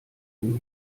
dem